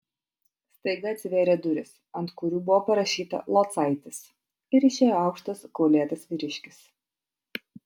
staiga atsivėrė durys ant kurių buvo parašyta locaitis ir išėjo aukštas kaulėtas vyriškis